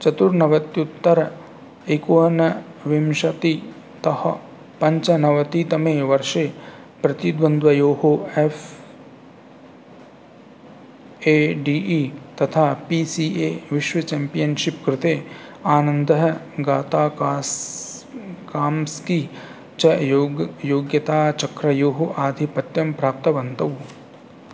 चतुर्नवत्युत्तरेकोनविंशतितः पञ्चनवतितमेवर्षे प्रतिद्वन्द्वयोः F I D E तथा पि सि ए विश्व चाम्पियन्शिप् कृते आनन्दः गाताकास् कांस्कि च योग योग्यताचक्रयोः आधिपत्यं प्राप्तवन्तौ